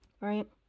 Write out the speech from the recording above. right